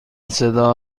صدا